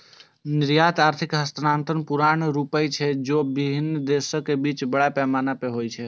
निर्यात आर्थिक हस्तांतरणक पुरान रूप छियै, जे विभिन्न देशक बीच बड़ पैमाना पर होइ छै